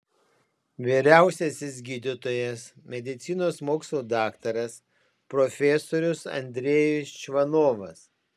vyriausiasis gydytojas medicinos mokslų daktaras profesorius andrejus čvanovas